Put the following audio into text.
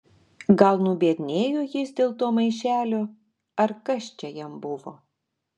gal nubiednėjo jis dėl to maišelio ar kas čia jam buvo